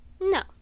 no